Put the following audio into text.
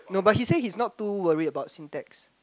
no but he say he's not too worry about syntax